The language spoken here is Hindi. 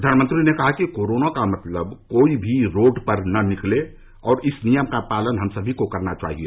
प्रधानमंत्री ने कहा कि कोरोना का मतलब है कोई भी रोड पर न निकले और इस नियम का पालन हम सभी को करना चाहिए